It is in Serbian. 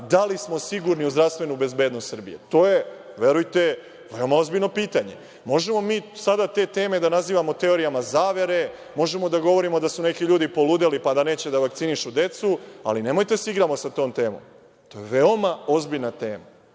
da li smo sigurni u zdravstvenu bezbednost Srbije? To je verujte veoma ozbiljno pitanje. Možemo mi sada te teme da nazivamo teorijama zavere. Možemo da govorimo da su neki ljudi poludeli kada neće da vakcinišu decu, ali nemojte da se igramo sa tom temom. To je veoma ozbiljna tema.